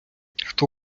хто